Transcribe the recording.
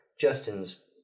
Justin's